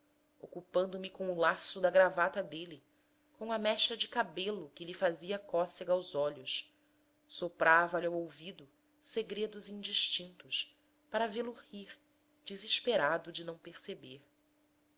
ocupando me com o laço da gravata dele com a mecha de cabelo que lhe fazia cócega aos olhos soprava lhe ao ouvido segredos indistintos para vê-lo rir desesperado de não perceber